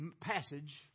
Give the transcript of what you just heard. passage